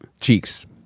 Cheeks